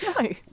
No